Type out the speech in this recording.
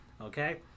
Okay